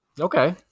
Okay